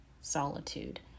solitude